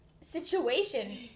situation